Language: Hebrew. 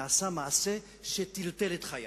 נעשה מעשה שטלטל את חיי.